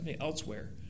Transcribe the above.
elsewhere